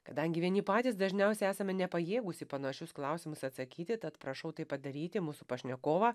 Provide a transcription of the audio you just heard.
kadangi vieni patys dažniausiai esame nepajėgūs į panašius klausimus atsakyti tad prašau tai padaryti mūsų pašnekovą